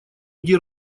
иди